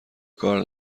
کار